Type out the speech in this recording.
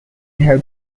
have